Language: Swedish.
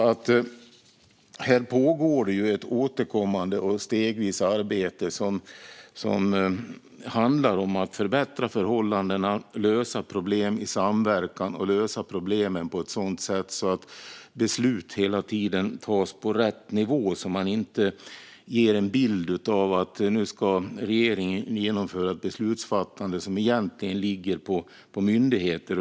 Det pågår alltså ett återkommande och stegvis arbete som handlar om att förbättra förhållandena och lösa problem i samverkan. Och problemen ska lösas på ett sådant sätt att beslut hela tiden tas på rätt nivå så att man inte ger en bild av att nu ska regeringen genomföra ett beslutsfattande som egentligen ligger på myndigheter.